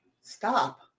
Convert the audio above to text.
stop